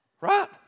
Right